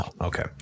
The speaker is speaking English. okay